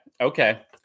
Okay